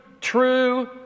true